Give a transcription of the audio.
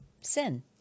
sin